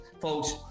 folks